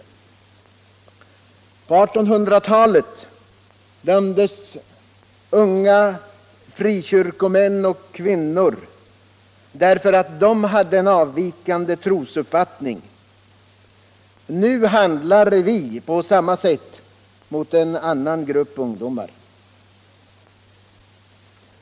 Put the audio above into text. På 1800-talet dömdes unga frikyrkomän och frikyrkokvinnor därför att de hade en avvikande trosuppfattning. Nu handlar vi på samma sätt mot en annan grupp ungdomar.